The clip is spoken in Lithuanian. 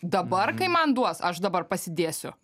dabar kai man duos aš dabar pasidėsiu